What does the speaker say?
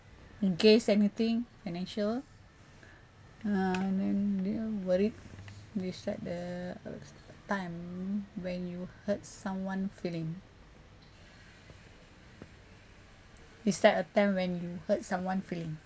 in case anything financial uh then worried describe a time when you hurt someone feeling describe a time when you hurt someone feeling